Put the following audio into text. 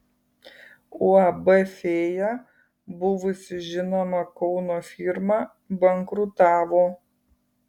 uab fėja buvusi žinoma kauno firma bankrutavo